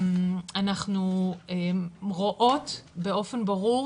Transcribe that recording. אנחנו רואות באופן ברור,